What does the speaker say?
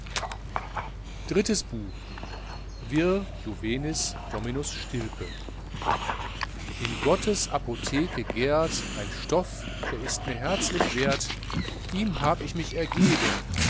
drittes buch in gottes apotheke gährt ein stoff der ist mir herzlich wert ihm hab ich mich ergeben